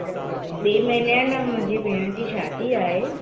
त ह ॿिए महिने आहे न मुंहिंजे भेण जी शादी आहे